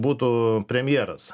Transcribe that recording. būtų premjeras